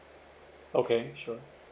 okay sure